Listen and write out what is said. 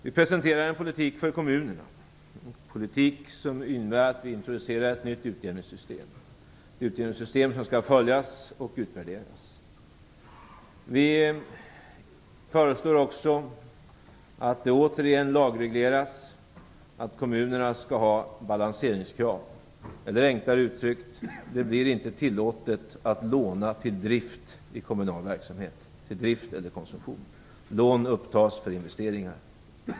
Vi presenterar en politik för kommunerna, en politik som innebär att vi introducerar ett nytt utjämningssystem. Utjämningssystemet skall följas och utvärderas. Vi föreslår också att det återigen lagregleras att kommunerna skall ha balanseringskrav, eller enklare uttryckt: det skall inte bli tillåtet att låna till drift eller konsumtion i kommunal verksamhet. Lån skall upptas för investeringar.